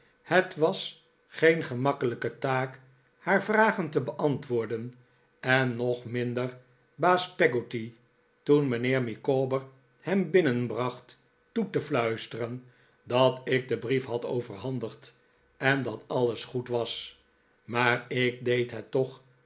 het was geen gemakkelijke taak haar vragen te beantwoorden en nog minder baas peggotty toen mijnheer micawber hem binnenbracht toe te fluisteren dat ik den brief had overhandigd en dat alles goed was maar ik deed het toch